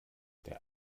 der